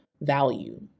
value